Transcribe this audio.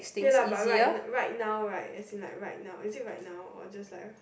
K lah by right right now right at it right now is it right now or just like a